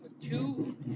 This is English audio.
two